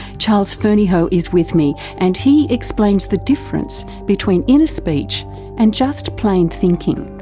charles fernyhough is with me and he explains the difference between inner speech and just plain thinking.